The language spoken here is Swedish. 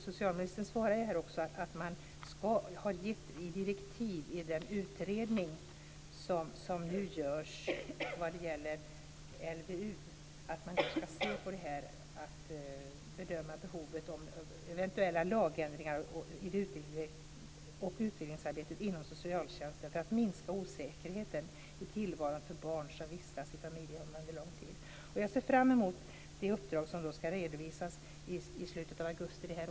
Socialministern svarar att det ska finnas direktiv till den utredning som nu görs vad gäller LVU, att bedöma behovet av lagändringar och utvidgningsarbetet inom socialtjänsten för att minska osäkerheten i tillvaron för barn som vistas i familjehem under lång tid. Jag ser fram emot det uppdrag som ska redovisas i slutet av augusti i år.